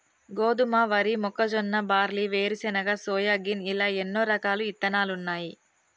గోధుమ, వరి, మొక్కజొన్న, బార్లీ, వేరుశనగ, సోయాగిన్ ఇలా ఎన్నో రకాలు ఇత్తనాలున్నాయి